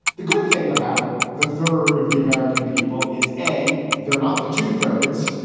the good thing about the third of the american people is, a, they're not the two thirds.